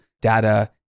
data